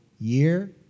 year